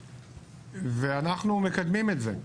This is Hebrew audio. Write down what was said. ואנחנו מקדמים את זה.